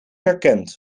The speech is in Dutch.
herkent